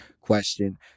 question